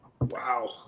wow